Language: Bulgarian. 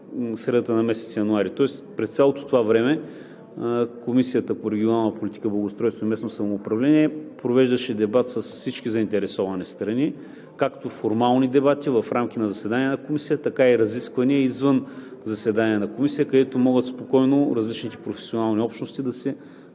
средата на месец януари, тоест през цялото това време Комисията по регионална политика, благоустройство и местно самоуправление провеждаше дебат с всички заинтересовани страни - както формални дебати в рамките на заседания на Комисията, така и разисквания извън заседания на Комисията, където могат спокойно различните професионални общности да си